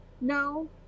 No